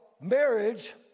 marriage